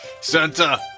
santa